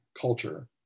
culture